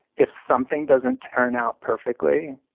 if something doesn't turn out perfectly,